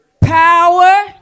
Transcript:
power